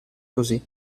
così